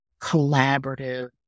collaborative